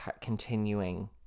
continuing